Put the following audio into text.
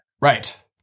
Right